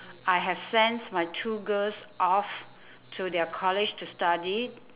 I have sent my two girls off to their college to study